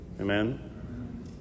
amen